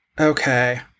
Okay